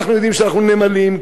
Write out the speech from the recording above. אנחנו יודעים שאנחנו נמלים,